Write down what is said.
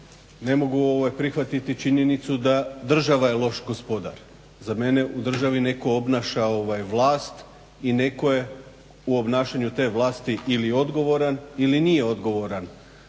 ne mogu prihvatiti činjenicu da država je loš gospodar. Za mene u državi netko obnaša vlast i netko je u obnašanju te vlasti ili odgovoran ili nije odgovoran